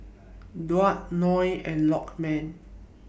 Daud Noh and Lokman